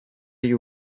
you